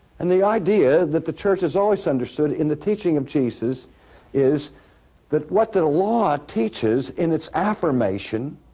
and the idea that the church has always understood in the teaching of jesus is that what the law teaches in its affirmation,